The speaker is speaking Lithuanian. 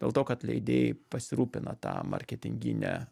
dėl to kad leidėjai pasirūpina ta marketingine